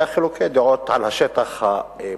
אלא חילוקי דעות על השטח הפוליטי.